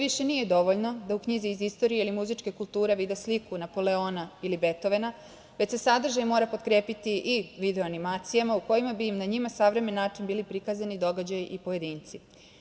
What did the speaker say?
više nije dovoljno da u knjizi iz istorije ili muzičke kulture vide sliku Napoleona ili Betovena, već se sadržaj mora potkrepiti i video animacijama u kojima bi na njima savremen način bili prikazani događaji i pojedinci.